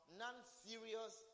non-serious